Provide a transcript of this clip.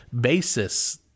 basis